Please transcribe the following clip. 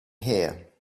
here